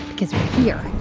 because we're here.